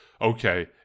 okay